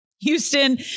Houston